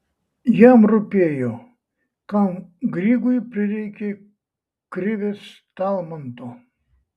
jam rūpėjo kam grygui prireikė krivės talmanto